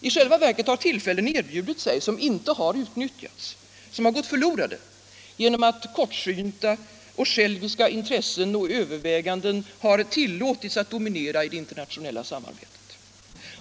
I själva verket har tillfällen erbjudit sig som inte har utnyttjats, som har gått förlorade genom att kortsynta och själviska intressen och överväganden tillåtits att dominera i det internationella samarbetet.